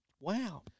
Wow